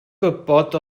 gwybod